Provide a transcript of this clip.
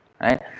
right